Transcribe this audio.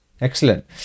excellent